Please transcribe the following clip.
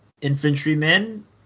infantrymen